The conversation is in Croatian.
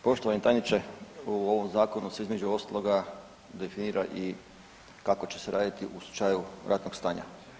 Poštovani tajniče, u ovom Zakonu se, između ostaloga, definira i kako će se raditi u slučaju ratnog stanja.